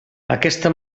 aquesta